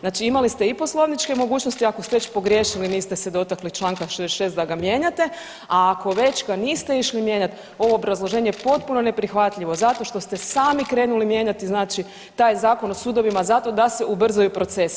Znači, imali ste i poslovničke mogućnosti ako ste već pogriješili niste se dotakli članka 66. da ga mijenjate, a ako već ga niste išli mijenjati ovo je obrazloženje potpuno neprihvatljivo zato što ste sami krenuli mijenjati, znači taj Zakon o sudovima zato da se ubrzaju procesi.